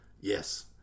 yes